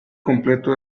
completo